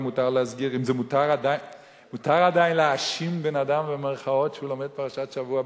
אם מותר עדיין "להאשים" בן-אדם שהוא לומד פרשת שבוע.